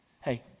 Hey